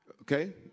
Okay